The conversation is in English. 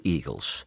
Eagles